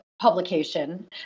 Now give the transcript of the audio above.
Publication